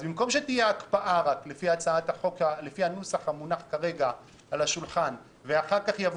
במקום שתהיה הקפאה לפי הנוסח המונח כרגע על השולחן ואחר כך יבוא